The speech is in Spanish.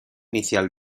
inicial